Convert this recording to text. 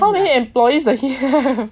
how many employee does he have